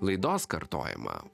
laidos kartojimą